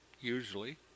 usually